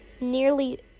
Nearly